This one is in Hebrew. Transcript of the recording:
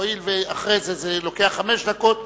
הואיל ואחרי זה זה לוקח חמש דקות,